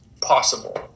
possible